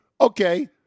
okay